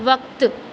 वक़्तु